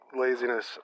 laziness